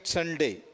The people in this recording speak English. Sunday